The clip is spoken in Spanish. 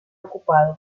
ocupado